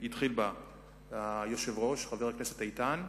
התחיל בה היושב-ראש חבר הכנסת איתן,